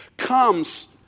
comes